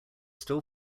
still